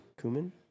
Cumin